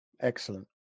Excellent